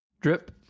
Drip